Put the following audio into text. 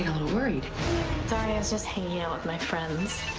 worried. sorry, i was just hanging out with my friends.